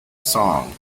song